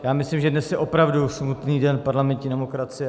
Já myslím, že dnes je opravdu smutný den parlamentní demokracie.